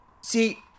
See